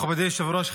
מכובדי היושב-ראש,